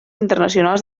internacionals